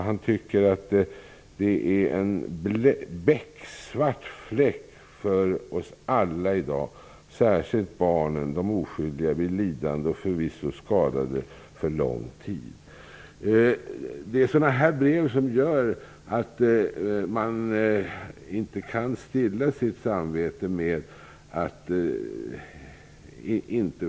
Han tycker att det är en bäcksvart fläck för oss alla i dag att barnen, de oskyldiga, blir lidande och skadade för lång tid. Det är sådana här brev som gör att man inte kan stilla sitt samvete.